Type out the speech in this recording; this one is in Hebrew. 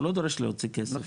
הוא לא דורש להוציא כסף,